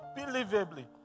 unbelievably